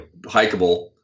hikeable